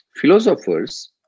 philosophers